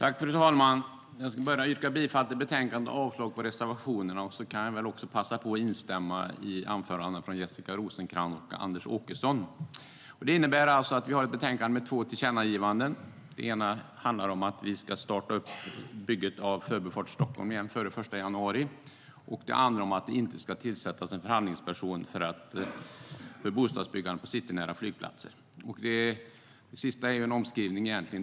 Fru talman! Jag yrkar bifall till förslaget i betänkandet och avslag på reservationerna. Jag kan också passa på att instämma i Jessica Rosencrantz och Anders Åkessons anföranden. Vi har här ett betänkande med två tillkännagivanden. Det ena handlar om att återstarta bygget av Förbifart Stockholm före den 1 januari. Det andra handlar om att inte tillsätta en förhandlingsperson för bostadsbyggande på citynära flygplatser. Detta är egentligen en omskrivning.